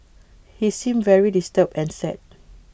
he seemed very disturbed and sad